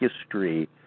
history